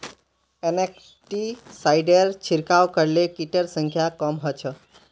इंसेक्टिसाइडेर छिड़काव करले किटेर संख्या कम ह छ